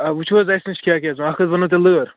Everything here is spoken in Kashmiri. آ وُچھِو حظ اَسہِ نَش کیٛاہ کیٛاہ چھُ اکھ حظ بننَو تۅہہِ لٲر